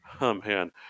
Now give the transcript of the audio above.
man